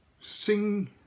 sing